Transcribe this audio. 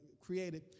created